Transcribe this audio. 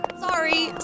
sorry